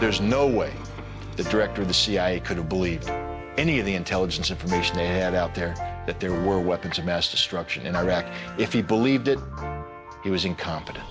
there's no way the director of the cia could have believed any of the intelligence information yeah it out there that there were weapons of mass destruction in iraq if you believe that he was incompetent